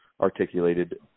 articulated